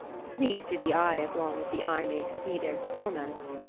sweet to the eye as long as the eye may see their torments.